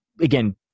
again